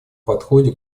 подходе